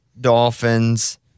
Dolphins